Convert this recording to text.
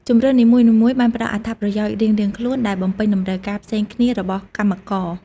ជម្រើសនីមួយៗបានផ្តល់អត្ថប្រយោជន៍រៀងៗខ្លួនដែលបំពេញតម្រូវការផ្សេងគ្នារបស់កម្មករ។